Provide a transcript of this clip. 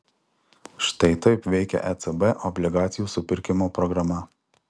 štai taip veikia ecb obligacijų supirkimo programa